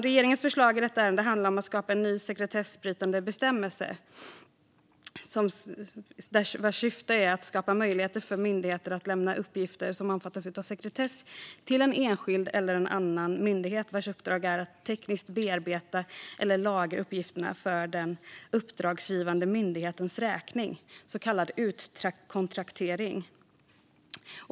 Regeringens förslag i detta ärende handlar om att skapa en ny sekretessbrytande bestämmelse vars syfte är att skapa möjligheter för myndigheter att lämna uppgifter som omfattas av sekretess till en enskild eller en annan myndighet vars uppdrag är att tekniskt bearbeta eller lagra uppgifterna för den uppdragsgivande myndighetens räkning, så kallad utkontraktering.